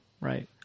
Right